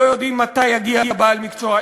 לא יודעים מתי יגיע בעל מקצוע,